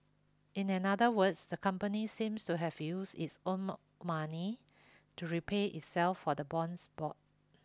in another words the company seems to have used its own money to repay itself for the bonds bought